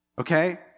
Okay